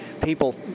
people